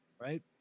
right